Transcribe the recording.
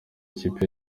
ikipe